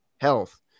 health